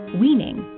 weaning